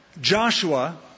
Joshua